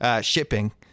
shipping